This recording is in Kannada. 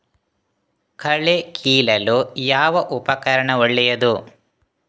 ಕಳೆ ಕೀಳಲು ಯಾವ ಉಪಕರಣ ಒಳ್ಳೆಯದು?